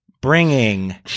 bringing